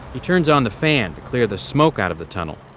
he turns on the fan to clear the smoke out of the tunnel,